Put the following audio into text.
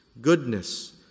goodness